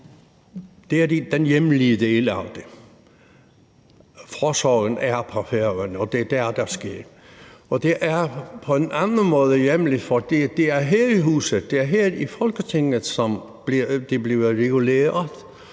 Det er den hjemlige del af det. Forsorgen er på Færøerne, og det er der, det sker. Og det er hjemligt på en anden måde, fordi det er her i huset, det er her i Folketinget, det bliver reguleret,